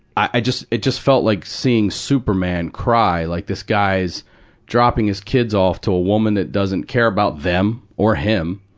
i, it just, it just felt like seeing superman cry. like, this guy's dropping his kids off to a woman that doesn't care about them, or him,